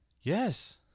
Yes